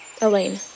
Elaine